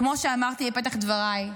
כמו שאמרתי בפתח דבריי,